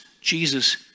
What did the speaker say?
Jesus